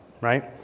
right